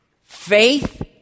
faith